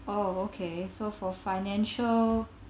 oh okay so for financial